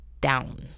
down